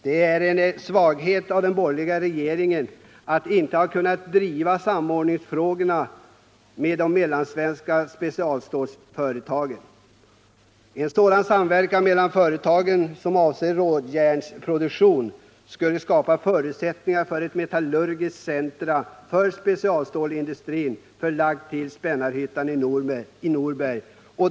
Det är en svaghet av den borgerliga regeringen att inte ha kunnat diskutera samordningsfrågorna med de mellansvenska specialstålsföretagen. En samverkan mellan företagen i vad avser råjärnsproduktion skulle skapa förutsättningar för ett metallurgiskt centrum för specialstålindustrin i Spännarhyttan i Norberg.